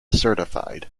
certified